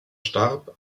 starb